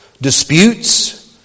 Disputes